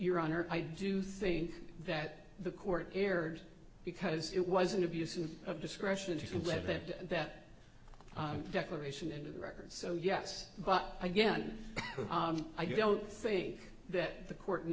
your honor i do think that the court erred because it wasn't abusive of discretion to lead that declaration into the record so yes but again i don't think that the court